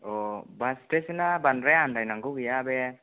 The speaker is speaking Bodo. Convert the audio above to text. बास स्टेनसआव बांद्राय आनदायनांगौ गैया बे